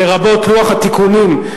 לרבות לוח התיקונים,